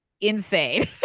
Insane